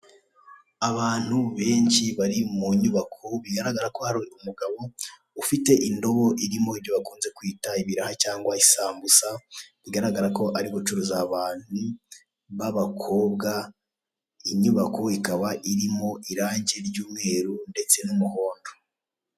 Abantu benshi bari mu nyubako, bigaragara ko hari umugabo ufite indobo irimo ibyo bakunze kwita ibiraha cyangwa isambusa, bigaraga ko ari gucuruza abantu, b'abakobwa, inyubako ikaba irimo irangi ry'umweru ndetse n'umuhondo.